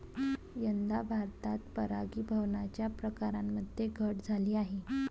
यंदा भारतात परागीभवनाच्या प्रकारांमध्ये घट झाली आहे